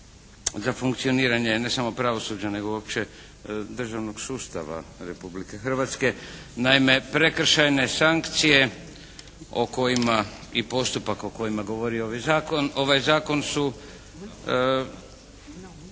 za funkcioniranje ne samo pravosuđa, nego uopće državnog sustava Republike Hrvatske. Naime, prekršajne sankcije o kojima i postupak o kojima govori ovaj zakon, ovaj zakon su